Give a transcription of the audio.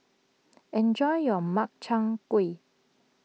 enjoy your Makchang Gui